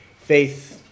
faith